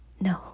no